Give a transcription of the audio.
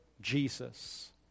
Jesus